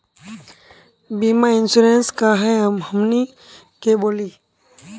बीमा इंश्योरेंस का है हमनी के बोली?